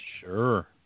Sure